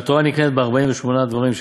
והתורה נקנית בארבעים-ושמונה דברים.